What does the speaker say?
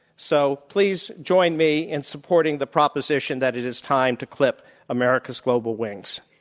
so, please join me in supporting the proposition that it is time to clip america's global wings.